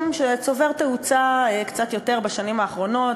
שצובר תאוצה קצת יותר בשנים האחרונות.